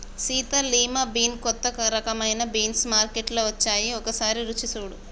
Sita lima bean కొత్త రకమైన beans మార్కేట్లో వచ్చాయి ఒకసారి రుచి సుడు